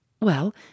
Well